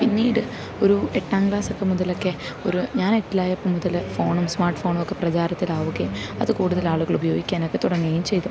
പിന്നീട് ഒരു എട്ടാം ക്ലാസ്സൊക്കെ മുതലൊക്കെ ഒരു ഞാനെട്ടിലായപ്പോൾ മുതൽ ഫോണും സ്മാർട്ട് ഫോണൊക്കെ പ്രചാരത്തിലാകുകയും അതു കൂടുതലാളുകൾ ഉപയോഗിക്കാനൊക്കെ തുടങ്ങുകയും ചെയ്തു